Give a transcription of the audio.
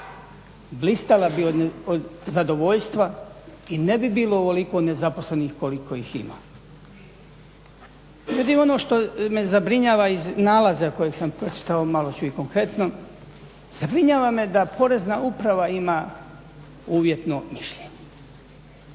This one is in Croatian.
blistala bi od zadovoljstva i ne bi bilo ovoliko nezaposlenih koliko ih ima. Međutim, ono što me zabrinjava iz nalaza kojeg sam pročitao, malo ću i konkretno, zabrinjava me da Porezna uprava ima uvjetno mišljenje.